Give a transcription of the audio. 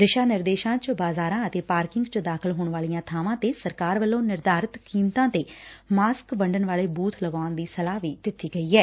ਦਿਸ਼ਾਂ ਨਿਰੇਦਸ਼ਾਂ ਚ ਬਾਜ਼ਾਰਾਂ ਅਤੇ ਪਾਰਕਿੰਗ ਚ ਦਾਖਲ ਹੋਣ ਵਾਲੀਆਂ ਬਾਵਾਂ ਤੇ ਸਰਕਾਰ ਵੱਲੋਂ ਨਿਰਧਾਰਿਤ ਕੀਮਤਾਂ ਤੇ ਮਾਸਕ ਵੰਡਣ ਵਾਲੇ ਬੁਬ ਲਗਾਉਣ ਦੀ ਸਲਾਹ ਵੀ ਦਿੱਤੀ ਗਈ ਏ